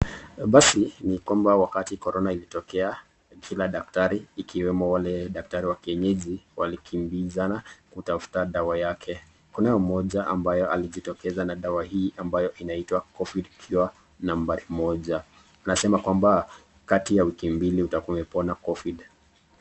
Basi ni kwamba wakati Corona ilitokea, kila daktari ikiwemo wale daktari wa kienyeji walikimbizana kutafuta dawa yake. Kunao mmoja ambaye alijitokeza na dawa hii ambayo inaitwa Covid Cure nambari moja anasema kwamba kati ya wiki mbili utakuwa umepona Covid.